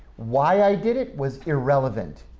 why i did it was irrelevant.